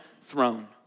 throne